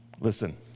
Listen